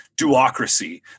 duocracy